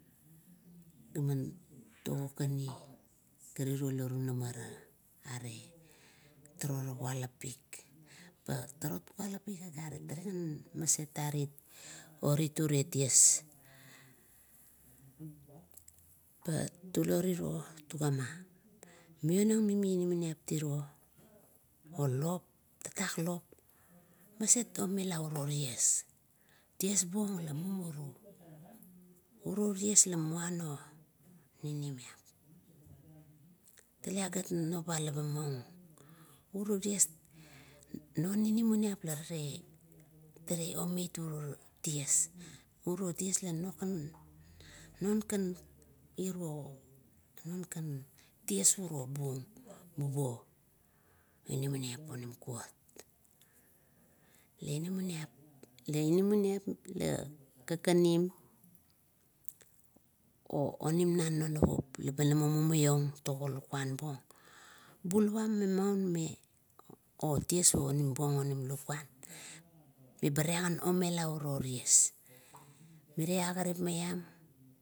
Laman toga kani, tulo riro la tunum ara, are turu ra kualapik. Pa turut kualapik agarit taregan orit ure ties. Pa tulo riro tuguma mionang mimi inamaniap tiro olop, tatak lop mas moila uroties. Ties buong la mumuru, uro ties la muano ninimiap. Tala gat noba le ina moun urugang inamaniap la rale omeit ties. Uro ties la nokan, non kan ire, non kan ties uro un bubuo inamaniap onim kuot. Non inamanip ka kanim, onim nan non navup, lama mumaiong tago lukuan buong bulava memau oties buong onim lakuan, eba rale, omela uro ties, mire agarip maiam